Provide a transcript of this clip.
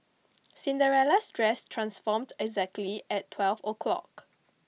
Cinderella's dress transformed exactly at twelve o'clock